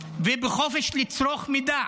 ובחופש לצרוך מידע,